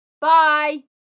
Bye